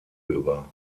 über